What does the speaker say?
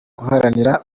guharanira